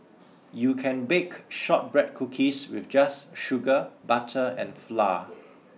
you can bake shortbread cookies with just sugar butter and flour